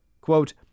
Quote